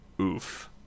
Oof